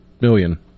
million